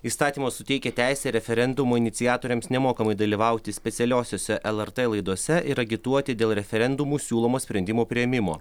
įstatymas suteikia teisę referendumo iniciatoriams nemokamai dalyvauti specialiosiose lrt laidose ir agituoti dėl referendumų siūlomo sprendimo priėmimo